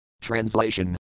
Translation